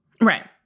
Right